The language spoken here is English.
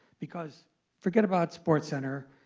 because forget about sportscenter.